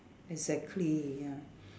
exactly ya